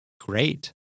great